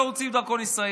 לא רוצה דרכון ישראלי.